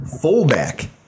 Fullback